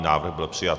Návrh byl přijat.